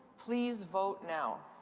please vote now.